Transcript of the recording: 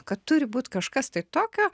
kad turi būt kažkas tai tokio